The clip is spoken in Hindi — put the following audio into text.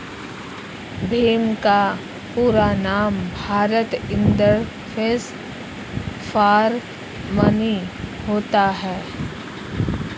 भीम का पूरा नाम भारत इंटरफेस फॉर मनी होता है